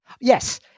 Yes